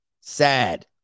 Sad